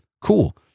Cool